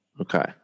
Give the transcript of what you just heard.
Okay